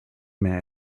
mehr